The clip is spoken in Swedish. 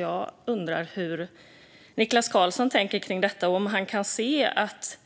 Jag undrar hur Niklas Karlsson tänker kring detta och om han kan se att